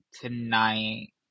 tonight